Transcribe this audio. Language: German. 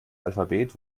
alphabet